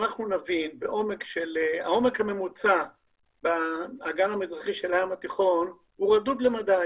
העומק הממוצע באגן המזרחי של הים התיכון הוא רדוד למדי